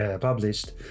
published